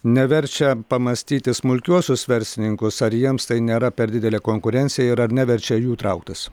neverčia pamąstyti smulkiuosius verslininkus ar jiems tai nėra per didelė konkurencija ir ar neverčia jų trauktis